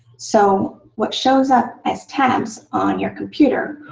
so what shows up as tabs on your computer,